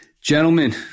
Gentlemen